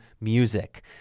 music